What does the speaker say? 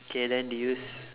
okay then do you s~